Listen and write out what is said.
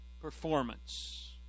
performance